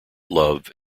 love